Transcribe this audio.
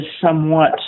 somewhat